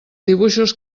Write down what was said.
dibuixos